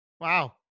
wow